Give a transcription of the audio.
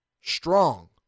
strong